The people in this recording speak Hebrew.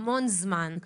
יש בג"ץ שנמצא המון זמן.